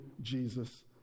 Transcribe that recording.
Jesus